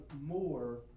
more